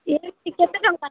କେତେ ଟଙ୍କା